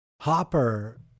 Hopper